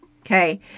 okay